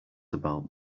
about